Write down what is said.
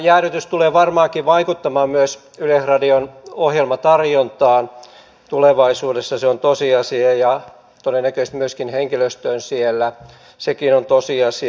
tämä jäädytys tulee varmaankin vaikuttamaan myös yleisradion ohjelmatarjontaan tulevaisuudessa se on tosiasia ja todennäköisesti myöskin henkilöstöön siellä sekin on tosiasia